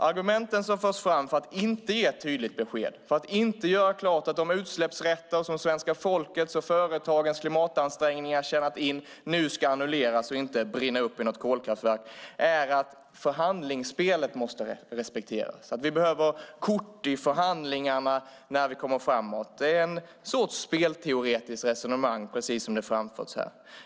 Argumenten som förs fram för att inte ge ett tydligt besked, för att inte göra klart att de utsläppsrätter som svenska folkets och företagens klimatansträngningar tjänat in nu ska annulleras och inte brinna upp i något kolkraftverk, är att förhandlingsspelet måste respekteras, att vi behöver kort i förhandlingarna när vi kommer framåt. Det är en sorts spelteoretiskt resonemang, precis som framförts här.